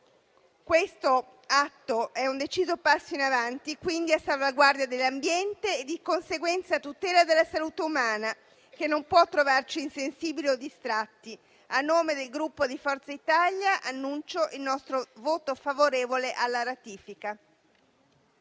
Questo atto è un deciso passo in avanti a salvaguardia dell'ambiente e, di conseguenza, a tutela della salute umana, che non può trovarci insensibili o distratti. A nome del Gruppo Forza Italia, annuncio il nostro voto favorevole alla ratifica.